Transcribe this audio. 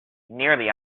nearly